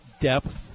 depth